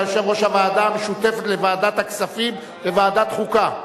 אתה יושב-ראש הוועדה המשותפת לוועדת הכספים ולוועדת החוקה.